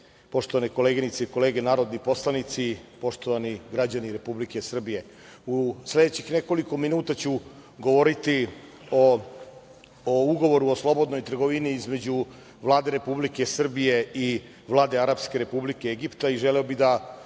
poštovane koleginice i kolege narodni poslanici, poštovani građani Republike Srbije, u sledećih nekoliko minuta ću govoriti o Ugovoru o slobodnoj trgovini između Vlade Republike Srbije i Vlade Arapske Republike Egipta i želeo bih da